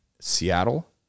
Seattle